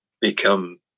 become